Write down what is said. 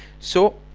so